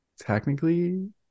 technically